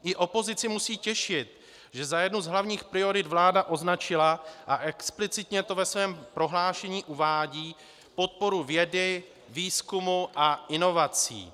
I opozici musí těšit, že za jednu z hlavních priorit vláda označila, a explicitně to ve svém prohlášení uvádí, podporu vědy, výzkumu a inovací.